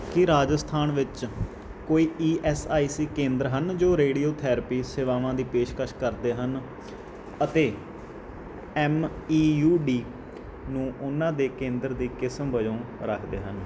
ਕੀ ਰਾਜਸਥਾਨ ਵਿੱਚ ਕੋਈ E S I C ਕੇਂਦਰ ਹਨ ਜੋ ਰੇਡੀਓ ਥੈਰੇਪੀ ਸੇਵਾਵਾਂ ਦੀ ਪੇਸ਼ਕਸ਼ ਕਰਦੇ ਹਨ ਅਤੇ ਐਮ ਈ ਯੂ ਡੀ ਨੂੰ ਉਹਨਾਂ ਦੇ ਕੇਂਦਰ ਦੇ ਕਿਸਮ ਵਜੋਂ ਰੱਖਦੇ ਹਨ